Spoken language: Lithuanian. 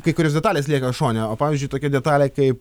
kai kurios detalės lieka šone o pavyzdžiui tokia detalė kaip